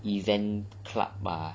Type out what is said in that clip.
event club bar